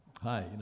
Hi